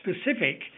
specific